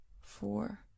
four